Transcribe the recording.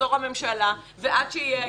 שתחזור הממשלה ועד שיהיה היישום,